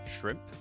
shrimp